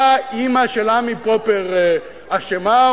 מה אמא של עמי פופר אשמה,